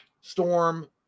Storm